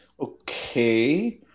okay